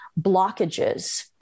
blockages